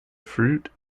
fruit